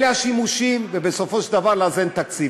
אלה השימושים, ובסופו של דבר לאזן תקציב.